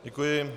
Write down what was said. Děkuji.